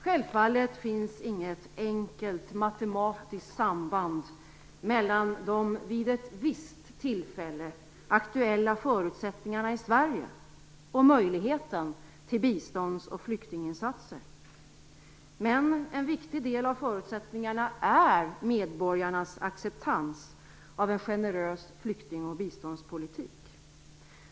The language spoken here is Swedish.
Självfallet finns inget enkelt matematiskt samband mellan de vid ett visst tillfälle aktuella förutsättningarna i Sverige och möjligheten till bistånds och flyktinginsatser. Men en viktig del av förutsättningarna är medborgarnas acceptans av en generös flyktingoch biståndspolitik.